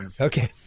Okay